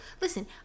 listen